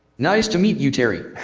nice to meet you, terry.